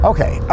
Okay